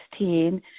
2016